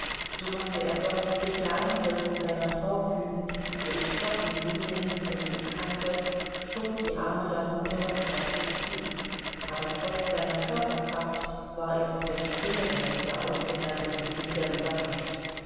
so machte er doch sich der einwirkung seiner frau fügend die entschlossene miene die sie an ihm kannte schob die arme darunter und faßte zu aber trotz seiner körperkraft war er von der schwere dieser ausgemergelten glieder überrascht